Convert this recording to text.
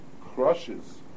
crushes